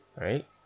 right